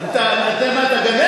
אם הנושא חשוב, מכבדים אחד את השני